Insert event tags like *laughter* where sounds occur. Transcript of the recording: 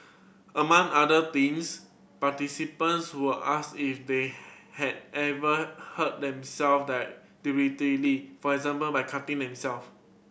among other things participants were asked if they had ever hurt themselves that *unintelligible* for example by cutting themselves